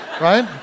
right